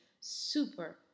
super